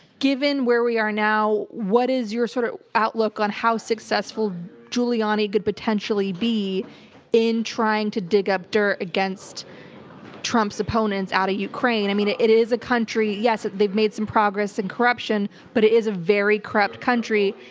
given where we are now, what is your sort of outlook on how successful giuliani could potentially be in trying to dig up dirt against trump's opponents out of ukraine? i mean, it it is a country, where yes, they've made some progress in corruption, but it is a very corrupt country.